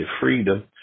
freedom